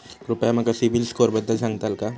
कृपया माका सिबिल स्कोअरबद्दल सांगताल का?